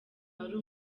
wari